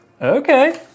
Okay